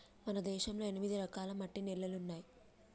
మన దేశంలో ఎనిమిది రకాల మట్టి నేలలున్నాయి